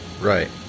Right